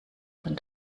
von